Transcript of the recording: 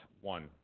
one